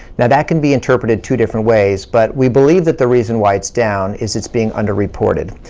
now that can be interpreted two different ways, but we believe that the reason why it's down is it's being under reported.